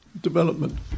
development